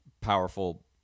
powerful